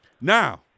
Now